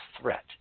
threat